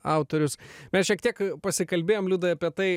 autorius mes šiek tiek pasikalbėjom liudai apie